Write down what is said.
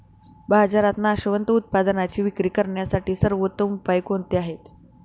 बाजारात नाशवंत उत्पादनांची विक्री करण्यासाठी सर्वोत्तम उपाय कोणते आहेत?